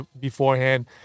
beforehand